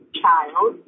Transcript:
child